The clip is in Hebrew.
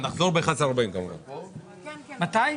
היו דיווחים סותרים בנוגע להלוואות בין העמותות שאחת מהן עמדה